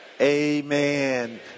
Amen